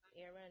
Aaron